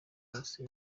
yose